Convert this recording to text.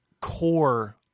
core